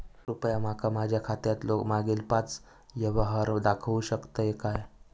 कृपया माका माझ्या खात्यातलो मागील पाच यव्हहार दाखवु शकतय काय?